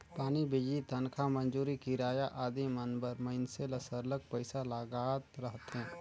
पानी, बिजली, तनखा, मंजूरी, किराया आदि मन बर मइनसे ल सरलग पइसा लागत रहथे